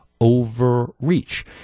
overreach